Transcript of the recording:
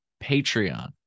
Patreon